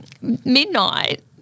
Midnight